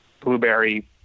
blueberry